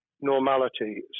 normality